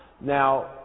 Now